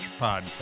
Podcast